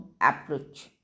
approach